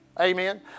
Amen